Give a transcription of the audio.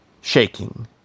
shaking